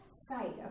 sight